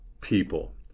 people